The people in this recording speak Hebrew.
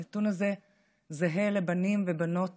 הנתון הזה זהה אצל בנים ואצל בנות